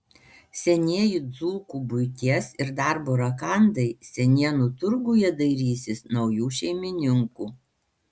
senieji dzūkų buities ir darbo rakandai senienų turguje dairysis naujų šeimininkų